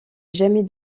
jamais